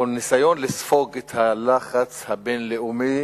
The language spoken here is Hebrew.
או ניסיון לספוג את הלחץ הבין-לאומי